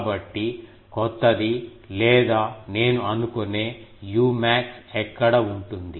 కాబట్టి క్రొత్తది లేదా నేను అనుకొనే umax ఎక్కడ ఉంటుంది